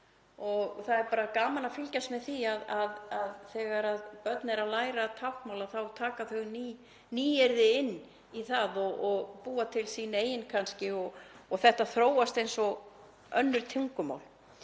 og það er bara gaman að fylgjast með því að þegar börn eru að læra táknmál þá taka þau nýyrði inn og búa kannski til sína eigin og málið þróast eins og önnur tungumál.